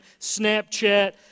Snapchat